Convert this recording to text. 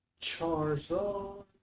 Charizard